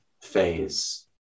phase